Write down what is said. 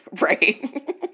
Right